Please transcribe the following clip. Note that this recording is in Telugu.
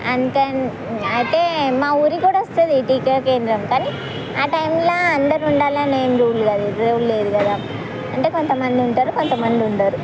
అందుకని అయితే మా ఊరికి కూడా వస్తుంది టీకా కేంద్రం కానీ ఆ టైంలో అందరు ఉండాలని ఏం రూల్ కాదు రూల్ లేదు కదా అంటే కొంతమంది ఉంటారు కొంతమంది ఉండరు